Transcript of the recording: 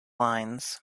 lines